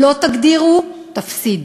לא תגדירו, תפסידו.